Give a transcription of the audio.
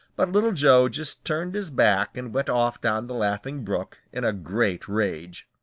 but little joe just turned his back and went off down the laughing brook in a great rage.